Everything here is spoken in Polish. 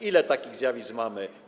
Ile takich zjawisk mamy?